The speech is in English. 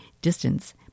distance